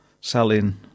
selling